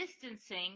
distancing